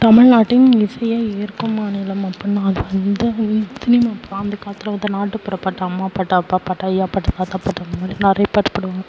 தமிழ்நாட்டின் இசையை ஈர்க்கும் மாநிலம் அப்படினா அது வந்து சினிமா தான் அந்த காலத்தில் வந்து நாட்டுப்புற பாட்டு அம்மா பாட்டு அப்பா பாட்டு ஐயா பாட்டு தாத்தா பாட்டு அந்த மாதிரி நிறைய பாட்டு பாடுவாங்கள்